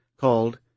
called